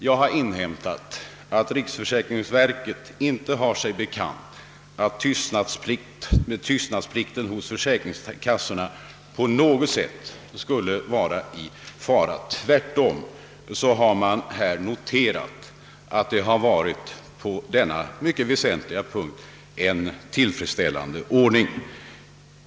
Jag har inhämtat att riksförsäkringsverket inte har sig bekant att tystnadsplikten på försäkringskassorna på något sätt skulle vara i fara. Tvärtom har man noterat att det på denna mycket väsentliga punkt råder en tillfredsställande ordning.